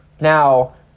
Now